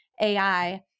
ai